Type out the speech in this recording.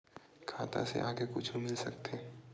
खाता से आगे कुछु मिल सकथे?